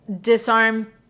disarm